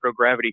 microgravity